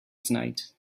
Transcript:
tonight